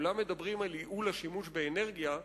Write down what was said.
כולם מדברים על ייעול השימוש באנרגיה,